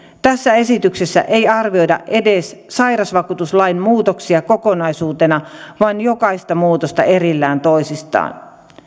tässä esityksessä ei arvioida edes sairausvakuutuslain muutoksia kokonaisuutena vaan jokaista muutosta erillään toisistaan